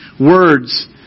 words